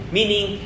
Meaning